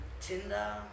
Tinder